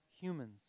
humans